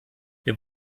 wir